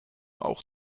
auch